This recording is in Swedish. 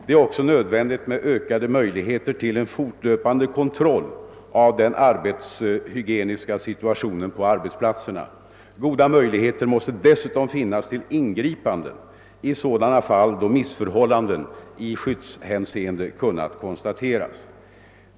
Det är också nödvändigt med ökade möjligheter till en fortlöpande kontroll av den arbetshygieniska situationen på arbetsplatserna. Goda möjligheter måste dessutom finnas till ingripande i sådana fall då missförhållanden i skyddshänseende kunnat konstateras.